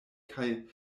kaj